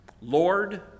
Lord